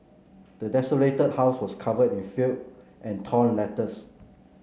the desolated house was covered in filth and torn letters